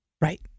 Right